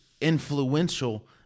influential